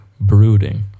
brooding